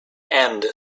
end